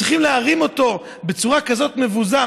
צריכים להרים אותו בצורה כזאת מבזה.